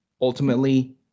ultimately